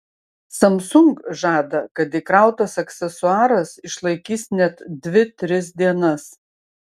samsung žada kad įkrautas aksesuaras išlaikys net dvi tris dienas